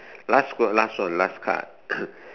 last quote last one last card